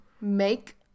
make